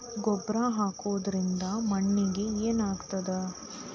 ಗೊಬ್ಬರ ಹಾಕುವುದರಿಂದ ಮಣ್ಣಿಗೆ ಏನಾಗ್ತದ?